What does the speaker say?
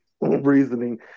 reasoning